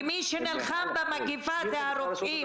ומי שנלחם במגפה זה הרופאים.